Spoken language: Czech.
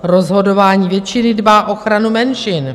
Rozhodování většiny dbá ochranu menšin.